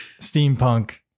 steampunk